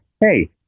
hey